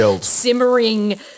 simmering